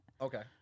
okay